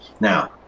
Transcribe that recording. now